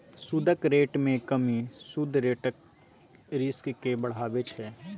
सुदक रेट मे कमी सुद रेटक रिस्क केँ बढ़ाबै छै